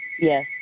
Yes